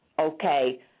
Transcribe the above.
okay